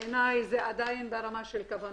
בעיני זה עדיין ברמה של כוונות.